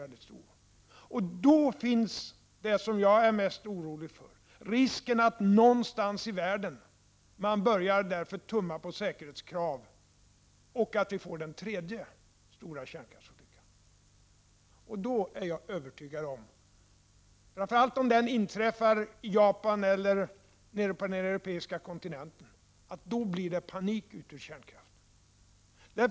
Då uppstår risken för det som jag är mest orolig för, nämligen att man någonstans i världen skall börja tumma på säkerhetskraven så att vi får den tredje stora kärnkraftsolyckan. Framför allt om den inträffar i Japan eller nere på den europeiska kontinenten är jag övertygad om att den leder till en panikavveckling av kärnkraften.